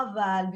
"..חבל..",